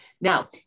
Now